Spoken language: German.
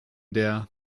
der